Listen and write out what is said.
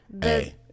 Hey